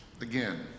Again